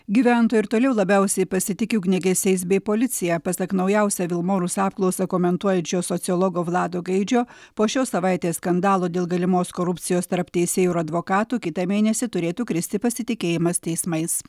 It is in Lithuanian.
gyventojų ir toliau labiausiai pasitiki ugniagesiais bei policija pasak naujausią vilmorus apklausą komentuojančio sociologo vlado gaidžio po šios savaitės skandalo dėl galimos korupcijos tarp teisėjų ir advokatų kitą mėnesį turėtų kristi pasitikėjimas teismais